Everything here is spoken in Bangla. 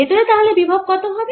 ভেতরে তাহলে বিভব কত হবে